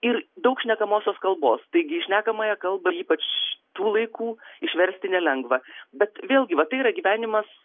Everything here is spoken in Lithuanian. ir daug šnekamosios kalbos taigi šnekamąją kalbą ypač tų laikų išversti nelengva bet vėlgi vat yra gyvenimas